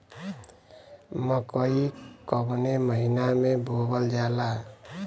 मकई कवने महीना में बोवल जाला?